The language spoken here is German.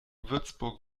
würzburg